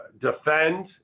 defend